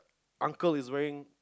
uncle is wearing